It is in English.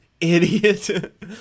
Idiot